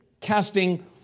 Casting